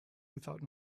without